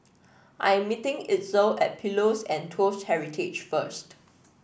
I am meeting Itzel at Pillows and Toast Heritage first